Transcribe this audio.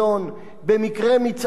במקרה מצעד הגאווה,